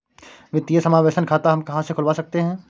वित्तीय समावेशन खाता हम कहां से खुलवा सकते हैं?